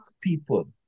people